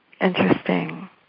Interesting